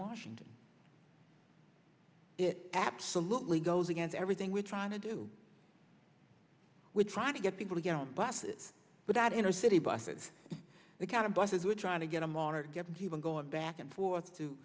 washington it absolutely goes against everything we're trying to do with trying to get people to get on buses but that inner city buses the kind of buses we're trying to get them on are given to them going back and forth t